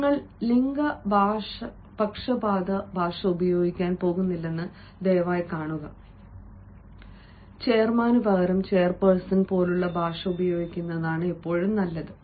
നിങ്ങൾ ലിംഗ പക്ഷപാത ഭാഷ ഉപയോഗിക്കാൻ പോകുന്നില്ലെന്ന് ദയവായി കാണുക ചെയർമാനുപകരം ചെയർപേഴ്സൺ പോലുള്ള ഭാഷ ഉപയോഗിക്കുന്നതാണ് നല്ലത്